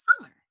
summer